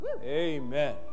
Amen